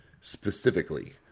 specifically